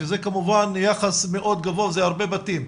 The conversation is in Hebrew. שזה כמובן יחס מאוד גבוה זה הרבה בתים.